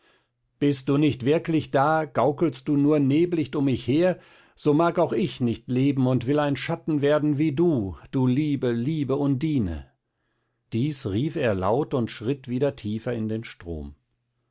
bist du nicht wirklich da gaukelst du nur neblicht um mich her so mag auch ich nicht leben und will ein schatten werden wie du du liebe liebe undine dies rief er laut und schritt wieder tiefer in den strom